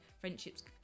friendships